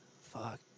fuck